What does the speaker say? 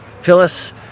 Phyllis